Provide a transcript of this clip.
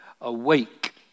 awake